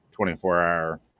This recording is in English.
24-hour